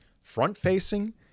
front-facing